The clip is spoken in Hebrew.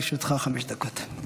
בבקשה, לרשותך חמש דקות.